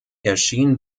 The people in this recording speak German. erschien